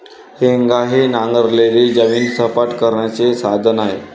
हेंगा हे नांगरलेली जमीन सपाट करण्याचे साधन आहे